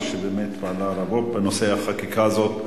שבאמת פעלה רבות בנושא החקיקה הזאת,